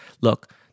Look